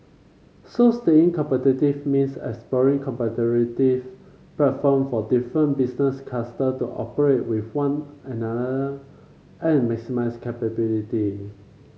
so staying competitive means exploring cooperative platform for different business cluster to cooperate with one another and maximise capability